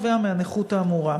2013,